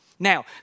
Now